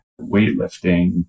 weightlifting